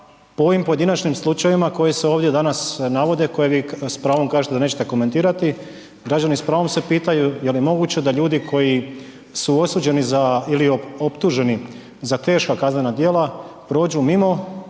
po ovim pojedinačnim slučajevima koji se ovdje danas navode, koje vi s pravom kažete da nećete komentirati, građani s pravom se pitaju je li moguće da ljudi koji su osuđeni ili optuženi za teška kaznena djela prođu mimo